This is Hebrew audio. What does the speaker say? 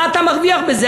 מה אתה מרוויח בזה?